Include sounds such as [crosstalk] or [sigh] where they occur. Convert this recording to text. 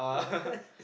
yeah [laughs]